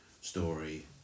story